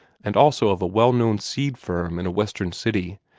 and also of a well-known seed firm in a western city,